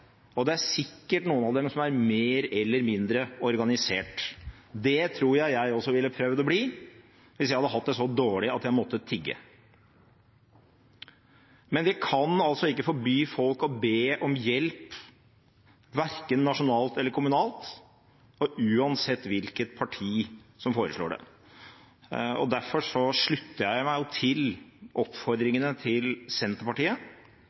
og det er sikkert noen av dem som er mer eller mindre organisert. Det tror jeg jeg også ville prøvd å bli hvis jeg hadde hatt det så dårlig at jeg måtte tigge. Men vi kan ikke forby folk å be om hjelp, verken nasjonalt eller kommunal, og uansett hvilket parti som foreslår det. Derfor slutter jeg meg til oppfordringene til Senterpartiet